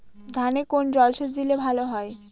ধানে কোন জলসেচ দিলে ভাল হয়?